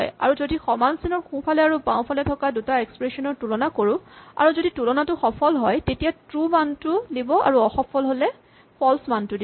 আমি যদি সমান চিনৰ সোঁফালে আৰু বাওঁফালে থকা দুটা এক্সপ্ৰেচন ৰ তুলনা কৰো আৰু যদি তুলনাটো সফল হয় তেতিয়া ট্ৰো মান দিব আৰু অসফল হ'লে ফল্চ মান দিব